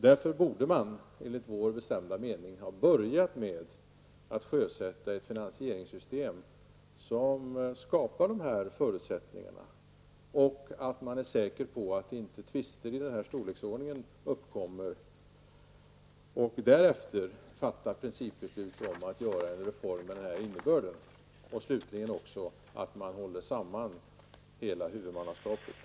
Därför borde man enligt vår bestämda mening ha börjat med att sjösätta ett finansieringssystem som skapar de här förutsättningarna, för att vara säker på att inte tvister i mera betydande storleksordning uppkommer, samt därefter fatta principbeslut om en reform. Slutligen borde man också hålla samman huvudmannaskapet.